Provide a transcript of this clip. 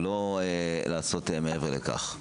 לא לעשות מעבר לכך.